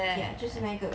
ya 就是那个